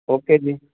okay ਜੀ